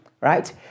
Right